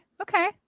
Okay